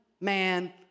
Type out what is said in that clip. man